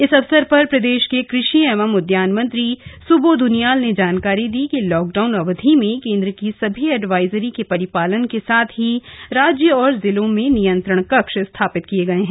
इस अवसर पर प्रदेश के कृषि एवं उद्यान मंत्री सुबोध उनियाल ने जानकारी दी कि लॉकडाऊन अवधि में केन्द्र की सभी एडवाइजरी के परिपालन के साथ ही राज्य और जिलों में नियंत्रण कक्ष स्थापित किये गए हैं